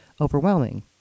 overwhelming